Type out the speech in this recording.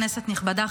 כנסת נכבדה,